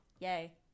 Yay